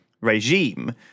regime